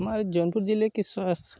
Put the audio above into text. हमारे जौनपुर जिले के स्वास्थय